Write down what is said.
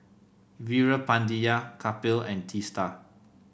Veerapandiya Kapil and Teesta